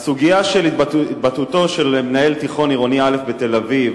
הסוגיה של התבטאותו של מנהל תיכון עירוני א' בתל-אביב,